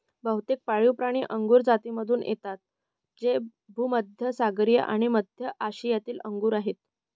बहुतेक पाळीवप्राणी अंगुर जातीमधून येतात जे भूमध्य सागरीय आणि मध्य आशियातील अंगूर आहेत